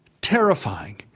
terrifying